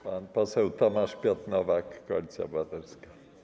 Pan poseł Tomasz Piotr Nowak, Koalicja Obywatelska.